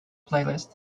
playlist